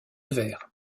vers